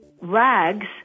rags